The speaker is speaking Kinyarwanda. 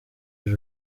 iri